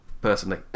Personally